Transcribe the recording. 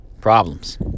problems